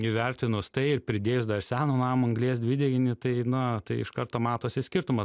įvertinus tai ir pridėjus dar seno namo anglies dvideginį tai na tai iš karto matosi skirtumas